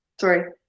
Sorry